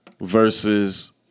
versus